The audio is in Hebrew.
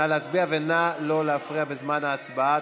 נא להצביע ונא לא להפריע בזמן ההצבעה.